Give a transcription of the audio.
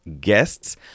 guests